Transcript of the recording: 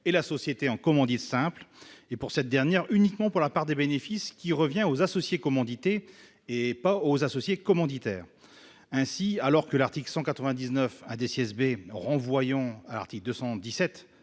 et la société en commandite simple, ou SCS, et, pour cette dernière, uniquement pour la part de bénéfices revenant aux associés commandités et non aux associés commanditaires. Ainsi, alors que l'article 199 B renvoie à l'article 217,